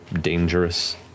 dangerous